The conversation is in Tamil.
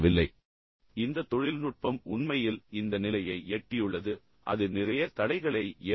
இப்போது இந்த தொழில்நுட்பம் உண்மையில் இந்த நிலையை எட்டியுள்ளது பின்னர் அது நிறைய தடைகளை ஏற்படுத்துகிறது